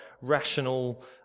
rational